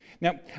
Now